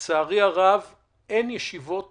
הוא שלצערי הרב אין ישיבות